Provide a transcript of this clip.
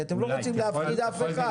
כי אתם לא רוצים להפחיד אף אחד.